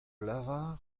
lavar